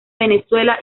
venezuela